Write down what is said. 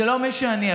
זה לא מי שאני.